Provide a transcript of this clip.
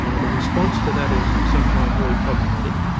ah the response to that is sometimes very problematic.